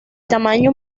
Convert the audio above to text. tamaño